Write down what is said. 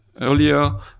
earlier